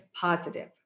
positive